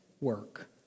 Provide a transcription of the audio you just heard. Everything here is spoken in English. work